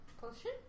Potion